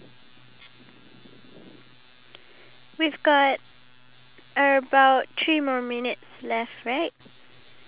but I'm not going to like you know feel that bad until I'm going to tell them like our secret places that we go to